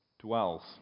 dwells